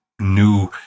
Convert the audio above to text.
new